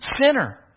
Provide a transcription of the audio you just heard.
sinner